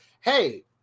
hey